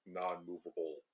non-movable